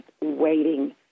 waiting